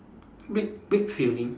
big big filling